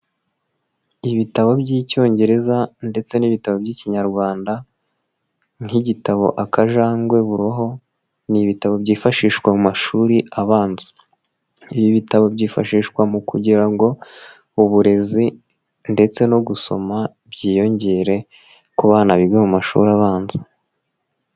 Ibitabo by'icyongereza ndetse n'ibitabo by'ikinyarwanda nk'igitabo akajangwe buroho ni ibitabo byifashishwa mu mashuri abanza, ibi bitabo byifashishwa mu kugira ngo uburezi ndetse no gusoma byiyongere ku bana biga mu mashuri abanza.